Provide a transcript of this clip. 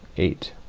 eight,